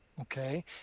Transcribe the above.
okay